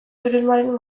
turismoaren